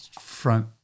front